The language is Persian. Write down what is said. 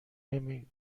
نمی